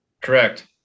Correct